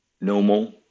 normal